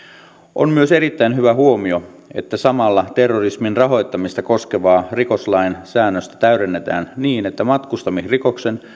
on myös erittäin hyvä huomio että samalla terrorismin rahoittamista koskevaa rikoslain säännöstä täydennetään niin että matkustamisrikoksen